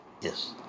Yes